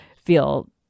feel